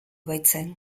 baitzen